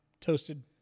toasted